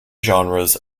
genres